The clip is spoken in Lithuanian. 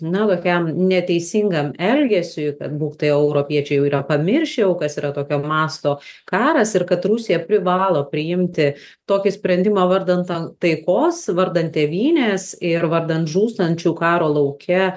na tokiam neteisingam elgesiui kad būk tai europiečiai jau yra pamiršę jau kas yra tokio masto karas ir kad rusija privalo priimti tokį sprendimą vardan tan taikos vardan tėvynės ir vardan žūstančių karo lauke